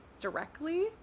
directly